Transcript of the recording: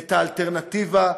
את האלטרנטיבה,